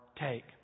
take